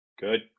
Good